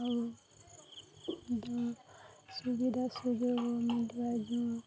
ଆଉ ଯେଉଁ ସୁବିଧା ସୁଯୋଗ ମିଳେ ଯେଉଁ